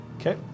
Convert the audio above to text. Okay